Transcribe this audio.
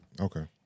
Okay